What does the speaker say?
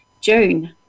June